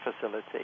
facility